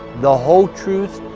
the whole truth,